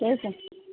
त्यही त